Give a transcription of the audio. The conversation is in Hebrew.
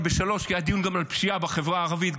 ב-15:00 כי היה גם דיון על פשיעה בחברה הערבית,